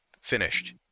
finished